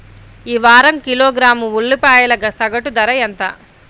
ఈ వారం కిలోగ్రాము ఉల్లిపాయల సగటు ధర ఎంత?